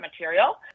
material